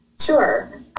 Sure